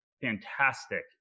fantastic